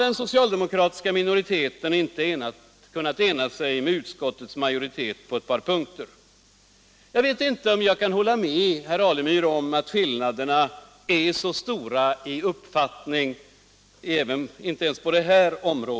Den socialdemokratiska minoriteten har inte kunnat ena sig med utskottsmajoriteten på ett par punkter. Jag vet inte om jag kan hålla med herr Alemyr om att skillnaderna i uppfattning är så stora ens här.